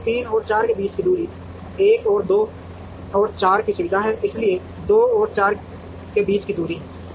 इसलिए 3 और 4 के बीच की दूरी 1 और 2 और 4 की सुविधा है इसलिए 2 और 4 के बीच की दूरी है